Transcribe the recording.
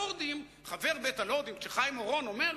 וכשחבר בית-הלורדים חיים אורון אומר,